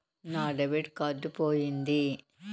నా debit card పోయింది